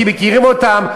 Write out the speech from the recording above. כי מכירים אותם,